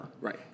Right